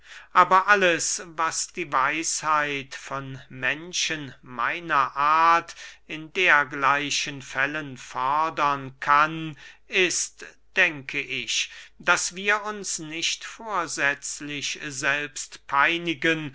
aber alles was die weisheit von menschen meiner art in dergleichen fällen fordern kann ist denke ich daß wir uns nicht vorsätzlich selbst peinigen